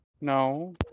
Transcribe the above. no